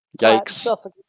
Yikes